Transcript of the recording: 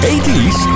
80s